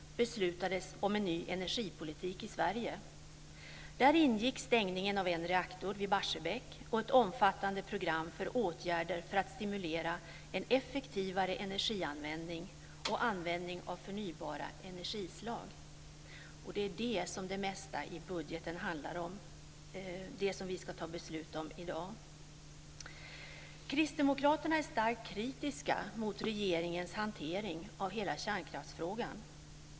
Sverige. Där ingick stängning av en reaktor i Barsebäck och ett omfattande program för åtgärder för att stimulera en effektivare energianvändning och utnyttjande av förnybara energislag. Det är det som det mesta i budgeten handlar om och som vi ska ta beslut om i dag. Kristdemokraterna är starkt kritiska mot regeringens hantering av hela kärnkraftsfrågan.